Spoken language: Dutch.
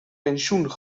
pensioen